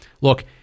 look